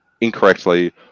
incorrectly